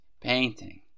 painting